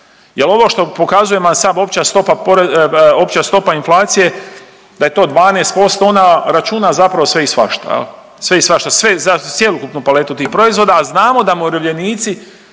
Jer ovo što pokazuje, sad opća stopa inflacije, da je to 12%, ona računa zapravo sve i svašta, sve, za cjelokupnu paletu tih proizvoda, a znamo da umirovljenici